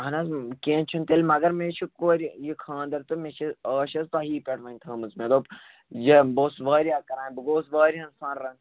اَہن حظ کِیٚنہہ چِھنہٕ تیٚلِہِ مگر مےٚ چھِ کورِ خانٛدر تہِ مےٚ چھِ آش حظ تۄہی پٮ۪ٹھ وۄنۍ تھٲومٕژ مےٚ دوٚپ یہِ بہٕ اوٚسُس واریاہ کران بہٕ گوٚوُس واریاہَن سۄنٛرَن